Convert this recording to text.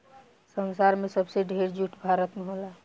संसार में सबसे ढेर जूट भारत में होला